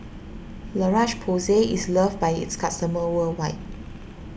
La Roche Porsay is loved by its customers worldwide